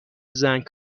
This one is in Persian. زنگ